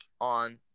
on